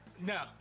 No